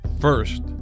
First